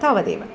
तावदेव